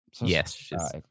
Yes